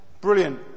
brilliant